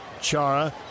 Chara